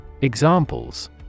Examples